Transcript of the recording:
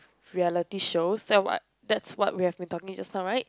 reality shows that what that's what we have been talking just now right